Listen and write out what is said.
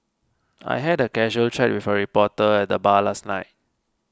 I had a casual chat with a reporter at the bar last night